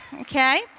Okay